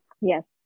Yes